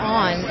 on